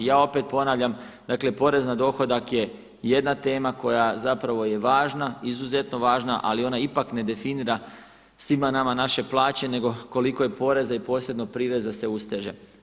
Ja opet ponavljam, dakle porez na dohodak je jedna tema koja zapravo je važna, izuzetno važna, ali ona ipak ne definira svima nama naše plaće nego koliko je poreza i posebnog prireza se usteže.